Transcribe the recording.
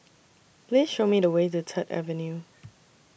Please Show Me The Way to Third Avenue